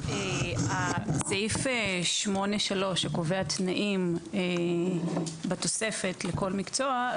סעיף 8(3) קובע תנאים בתוספת לכל מקצוע,